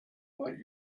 but